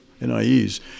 NIEs